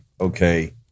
Okay